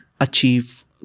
achieve